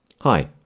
hi